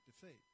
defeat